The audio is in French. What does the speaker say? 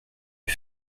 les